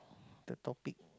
the topic